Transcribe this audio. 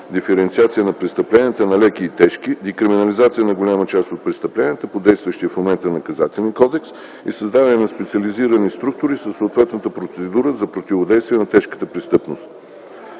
диференциация на престъпленията на леки и тежки, декриминализация на голяма част от престъпленията по действащия Наказателен кодекс и създаване на специализирани структури със съответна процедура за противодействие на тежката престъпност.